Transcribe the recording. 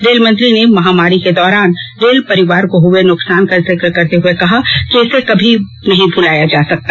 rail मंत्री ने महामारी के दौरान रेल परिवार को हुए नुकसान का जिक्र करते हुए कहा कि इसे कभी नहीं भुलाया जा सकेगा